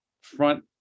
front